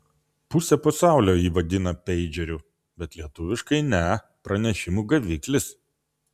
pusė pasaulio jį vadina peidžeriu bet lietuviškai ne pranešimų gaviklis